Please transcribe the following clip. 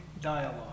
dialogue